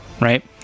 right